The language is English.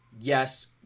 yes